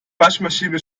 waschmaschine